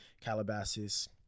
calabasas